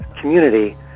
community